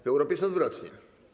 W Europie jest odwrotnie.